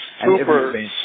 super